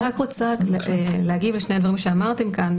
אני רוצה להגיב על שני דברים שאמרתם כאן,